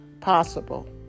possible